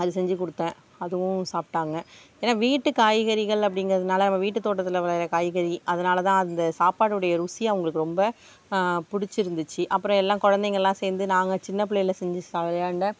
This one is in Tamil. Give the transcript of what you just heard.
அது செஞ்சு கொடுத்தேன் அதுவும் சாப்பிட்டாங்க ஏன்னால் வீட்டு காய்கறிகள் அப்படிங்குறதுனால நம்ம வீட்டு தோட்டத்தில் விளைகிற காய்கறி அதனாலதான் அந்த சாப்பாடுடைய ருசி அவங்களுக்கு ரொம்ப பிடிச்சிருந்துச்சி அப்புறம் எல்லா குழந்தைங்கள்லாம் சேர்ந்து நாங்கள் சின்ன பிள்ளைல செஞ்சு ச விளையாண்ட